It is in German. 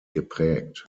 geprägt